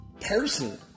person